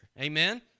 Amen